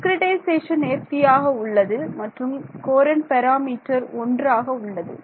discretization நேர்த்தியாக உள்ளது மற்றும் கோரன்ட் பாராமீட்டர் ஒன்று ஆக உள்ளது